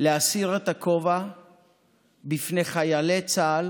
להסיר את הכובע בפני חיילי צה"ל